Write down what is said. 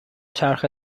چرخ